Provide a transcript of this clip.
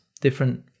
different